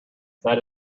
that